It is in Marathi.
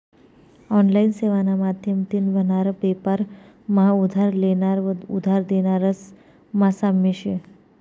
ऑनलाइन सेवाना माध्यमतीन व्हनारा बेपार मा उधार लेनारा व उधार देनारास मा साम्य शे